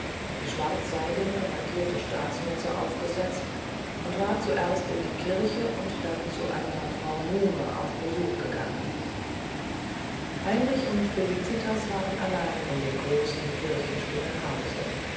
die schwarzseidene wattierte staatsmütze aufgesetzt und war zuerst in die kirche und dann zu einer frau muhme auf besuch gegangen heinrich und felicitas waren allein in dem großen kirchenstillen hause